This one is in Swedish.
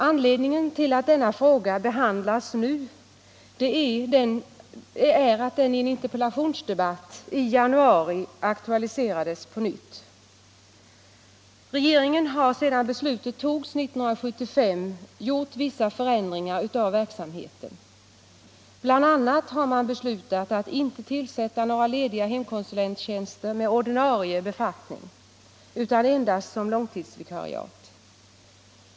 Anledningen till att denna fråga behandlas nu är att den i en interpellationsdebatt i januari aktualiserades på nytt. Regeringen har sedan beslutet togs 1975 gjort vissa förändringar av verksamheten. Bl. a. har man beslutat att inte tillsätta några lediga hemkonsulenttjänster med ordinarie befattning utan endast som långtidsvikariat.